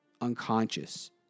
unconscious